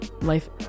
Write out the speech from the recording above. life